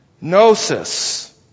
Gnosis